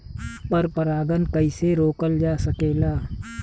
पर परागन कइसे रोकल जा सकेला?